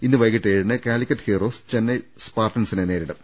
ഇന്ന് വൈകിട്ട് ഏഴിന് കാലിക്കറ്റ് ഹീറോസ് ചെന്നൈ സ്പാർട്ടൻസിനെ നേരിടും